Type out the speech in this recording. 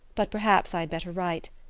but perhaps i had better write.